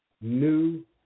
new